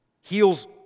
heals